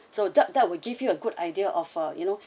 so that that will give you a good idea of uh you know